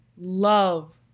love